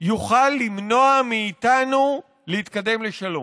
יוכל למנוע מאיתנו להתקדם לשלום.